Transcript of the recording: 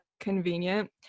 convenient